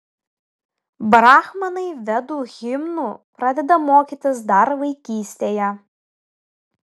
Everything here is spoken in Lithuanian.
brahmanai vedų himnų pradeda mokytis dar vaikystėje